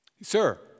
Sir